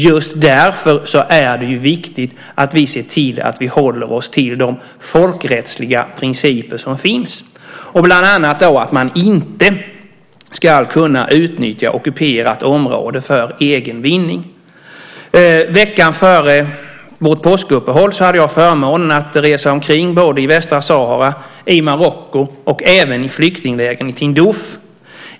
Just därför är det viktigt att vi ser till att vi håller oss till de folkrättsliga principer som finns. Bland annat gäller det att man inte ska kunna utnyttja ockuperat område för egen vinning. Veckan före vårt påskuppehåll hade jag förmånen att resa omkring både i Västsahara, i Marocko och även i flyktinglägren i Tindouf.